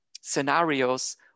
scenarios